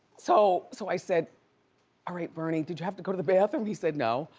so, so i said alright bernie did you have to go to the bathroom? he said no.